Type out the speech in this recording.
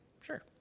sure